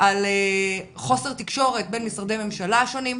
על חוסר תקשורת בין משרדי הממשלה השונים,